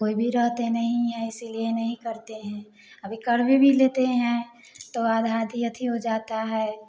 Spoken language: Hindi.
कोई भी रहते नहीं है इसीलिए नहीं करते हैं अभी कर भी भी लेते हैं तो आधा आधी आधी हो जाता है